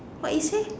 what you say